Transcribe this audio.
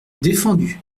défendu